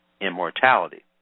immortality